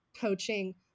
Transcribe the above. coaching